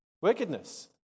Wickedness